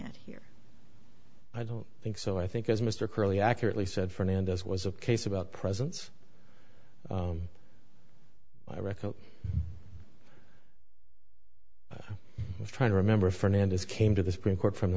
at here i don't think so i think as mr curly accurately said fernandez was a case about presents i reckon i was trying to remember fernandez came to the supreme court from the